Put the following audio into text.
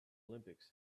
olympics